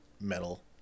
Metal